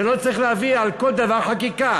ולא צריך להביא על כל דבר חקיקה.